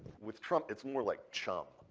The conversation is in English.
with trump, it's more like chum.